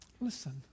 Listen